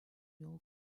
yol